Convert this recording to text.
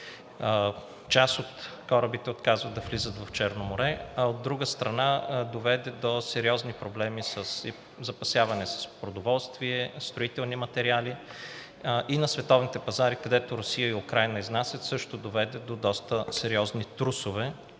част от корабите отказват да влизат в Черно море, а от друга страна, доведе до сериозни проблеми със запасяване с продоволствие и строителни материали, както и на световните пазари, където Русия и Украйна изнасят, също доведе до доста сериозни трусове